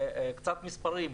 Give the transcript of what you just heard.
קצת מספרים: